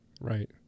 Right